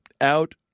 Out